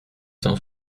cent